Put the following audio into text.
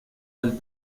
del